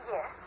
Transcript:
Yes